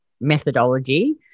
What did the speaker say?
methodology